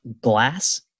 glass